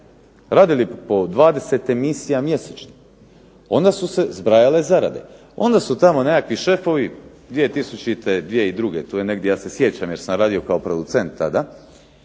Radili po 20 emisija mjesečno. Onda su se zbrajale zarade. Onda su tamo neki šefovi 2000., 2002., tu je negdje, ja se sjećam jer sam radio kao producent tada